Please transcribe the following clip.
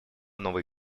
новой